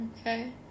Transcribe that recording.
Okay